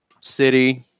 city